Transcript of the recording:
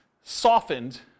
softened